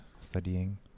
studying